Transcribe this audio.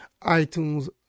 iTunes